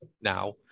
now